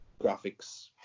graphics